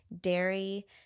dairy